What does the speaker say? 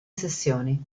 sessioni